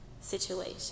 situation